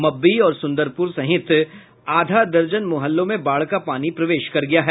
मब्बी और सुंदरपुर सहित आधा दर्जन मुहल्लों में बाढ़ का पानी प्रवेश कर गया है